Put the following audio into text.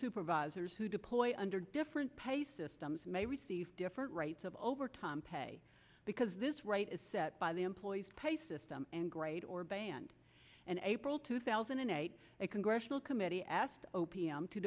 supervisors who deploy under different pay systems may receive different rates of overtime pay because this right is set by the employee's pay system and great or band and april two thousand and eight a congressional committee asked o p m to